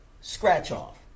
scratch-off